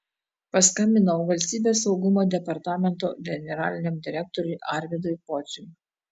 paskambinau valstybės saugumo departamento generaliniam direktoriui arvydui pociui